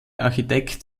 architekt